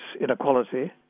inequality